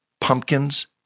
pumpkins